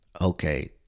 okay